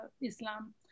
Islam